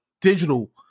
digital